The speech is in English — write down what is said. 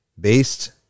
based